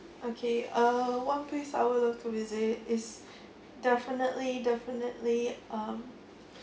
okay uh one place I would love to visit is definitely definitely um